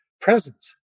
presence